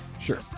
sure